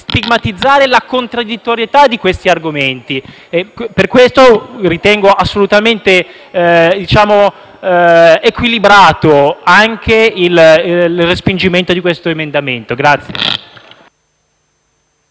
stigmatizzare la contraddittorietà di questi argomenti. Per questi motivi, ritengo assolutamente equilibrato il respingimento dell'emendamento in